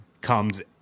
comes